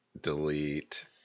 Delete